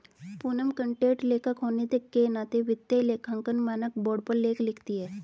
Poonam content लेखक होने के नाते वित्तीय लेखांकन मानक बोर्ड पर लेख लिखती है